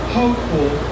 hopeful